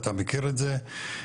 אתה מכיר את זה,